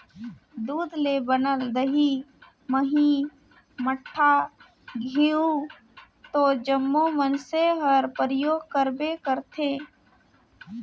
दूद ले बनल दही, मही, मठा, घींव तो जम्मो मइनसे हर परियोग करबे करथे